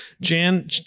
Jan